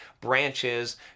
branches